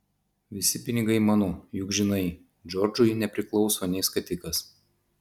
visi pinigai mano juk žinai džordžui nepriklauso nė skatikas